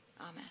Amen